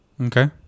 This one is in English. okay